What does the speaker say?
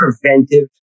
preventive